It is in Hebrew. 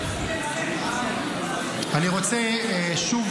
אני רוצה שוב